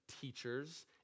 teachers